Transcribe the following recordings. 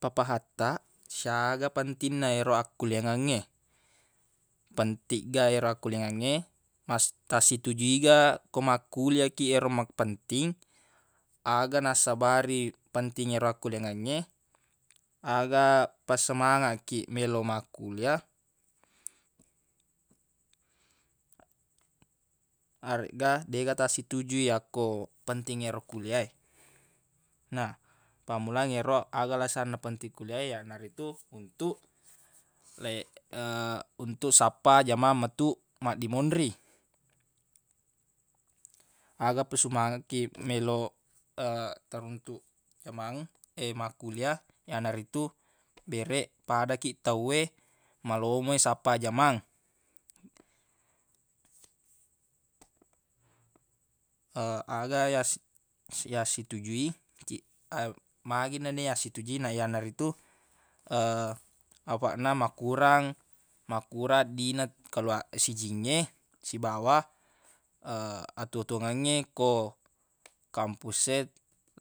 Papahattaq siaga pentinna yero akkuliangengnge pentigga yero akkuliangengnge mas- tasitujui ga ko makkulia ki ero mapenting aga nassabari penting ero akkuliangengnge aga pasemangakkiq meloq makkulia aregga dega tasitujui yakko penting ero kulia e na pammulang ero aga alasanna penting kulia e yanaritu untuq lei- untuq sappa jamang metuq maddimonri aga pasumangekkiq meloq taruntuq jamang makkulia yanaritu bereq pada kiq tawwe malomoi sappa jamang aga yas- yassitujui magi nassitujui yanaritu afaq na makurang makurang di na kelua- sijingnge sibawa atuwo-tuwongengnge ko kampus e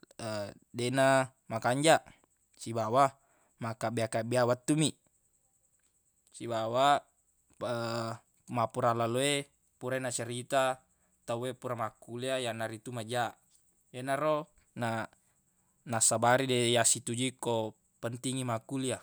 deq namakanjaq sibawa makkabbeang wettu mi sibawa mappura lalo e pura nacerita tawwe pura makkulia yanaritu maja yenaro na nassabari deq yassitujui ko pentingngi makkulia.